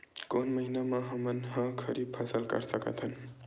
कोन महिना म हमन ह खरीफ फसल कर सकत हन?